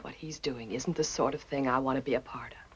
what he's doing isn't the sort of thing i want to be a part